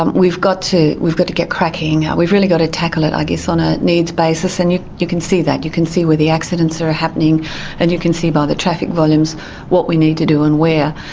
um we've got to, we've got to get cracking. we've really got to tackle it, i guess, on a needs basis and you you can see that. you can see where the accidents are happening and you can see by the traffic volumes what we need to do and where.